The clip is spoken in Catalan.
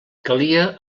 calia